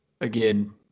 again